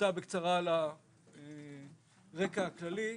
פירטה בקצרה על הרקע הכללי.